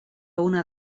una